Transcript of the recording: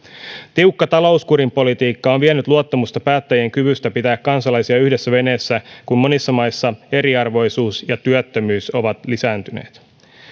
tiukka talouskurin politiikka on vienyt luottamusta päättäjien kyvystä pitää kansalaisia yhdessä veneessä kun monissa maissa eriarvoisuus ja työttömyys ovat lisääntyneet